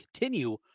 continue